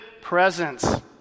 presence